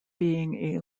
being